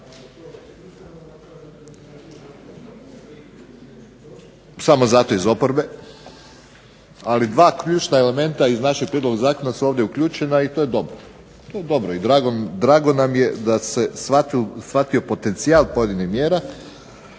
samo zato iz oporbe, ali dva ključna elementa iz našeg prijedloga zakona su ovdje uključena i to je dobro. To je dobro i drago nam je da se shvatio potencijal pojedinih mjera.